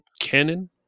canon